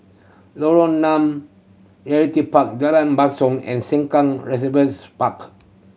Lorong nine Realty Park Jalan Basong and Sengkang Riversides Park